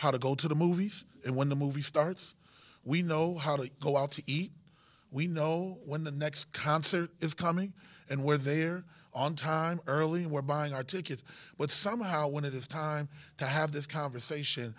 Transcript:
how to go to the movies and when the movie starts we know how to go out to eat we know when the next concert is coming and we're there on time early we're buying our tickets but somehow when it is time to have this conversation